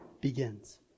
begins